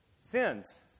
sins